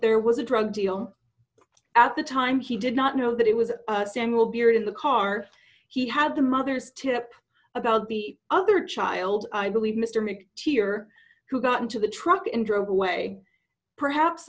there was a drug deal at the time he did not know that it was a single beer in the car he had the mother's tip about the other child i believe mr mix here who got into the truck and drove away perhaps